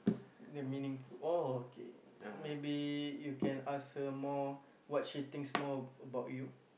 the meaningful oh okay maybe you can ask her more what she thinks more about you